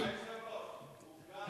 אדוני היושב-ראש, הוא גם